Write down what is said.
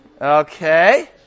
Okay